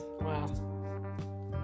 Wow